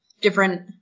different